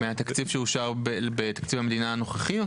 זה חלק מהתקציב שאושר בתקציב המדינה הנוכחי?